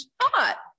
thought